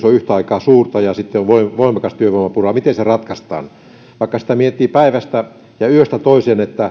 on yhtä aikaa työttömyys suurta ja sitten voimakas työvoimapula tilanne ratkaistaan sitä miettii vaikka päivästä ja yöstä toiseen